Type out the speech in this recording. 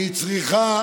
והיא צריכה